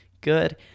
good